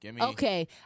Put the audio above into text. Okay